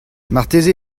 marteze